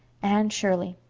anne shirley.